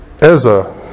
Ezra